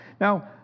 Now